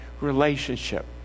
relationship